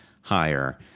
higher